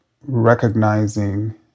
recognizing